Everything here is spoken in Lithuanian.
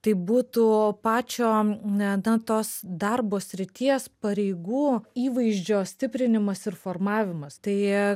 tai būtų pačio na tos darbo srities pareigų įvaizdžio stiprinimas ir formavimas tai